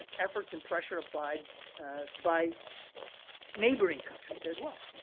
efforts and pressure applied by neighboring countries as well